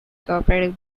cooperative